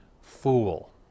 fool